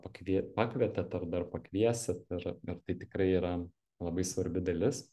pakvie pakvietėte ar dar pakviesit ir ir tai tikrai yra labai svarbi dalis